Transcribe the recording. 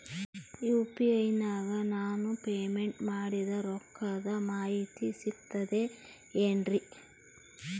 UPI ನಾಗ ನಾನು payment ಮಾಡಿದ ರೊಕ್ಕದ ಮಾಹಿತಿ ಸಿಕ್ತದೆ ಏನ್ರಿ?